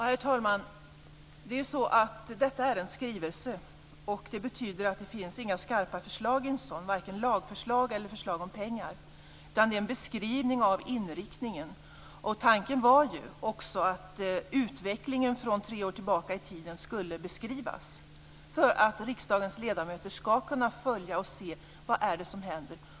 Herr talman! Detta är ju en skrivelse, och i en sådan finns det inga skarpa förslag, varken lagförslag eller förslag om pengar. Det är en beskrivning av inriktningen. Tanken var också att utvecklingen från tre år tillbaka i tiden skulle beskrivas för att riksdagens ledamöter ska kunna följa och se vad det är som händer.